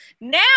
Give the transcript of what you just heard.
Now